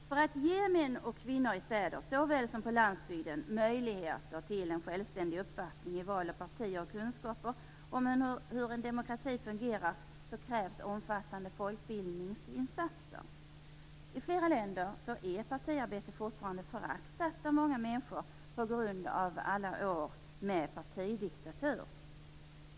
För att ge män och kvinnor i städer, såväl som på landsbygden, möjligheter till en självständig uppfattning i val av partier och kunskaper om hur en demokrati fungerar krävs omfattande folkbildningsinsatser. I flera länder är partiarbete fortfarande föraktat av många människor på grund av alla år med partidiktatur.